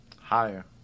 Higher